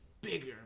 bigger